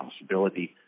possibility